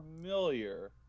familiar